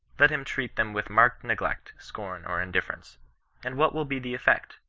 let him treat them with marked neglect, scorn, or indifference and what will be the effect?